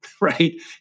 right